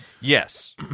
yes